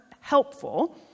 helpful